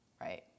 Right